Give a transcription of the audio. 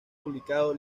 publicado